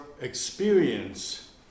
experience